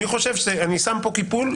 אני שם פה קיפול,